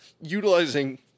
utilizing